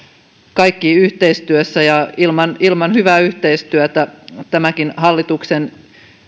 kaikki yhteistyössä ja ilman ilman hyvää yhteistyötä tämänkin hallituksen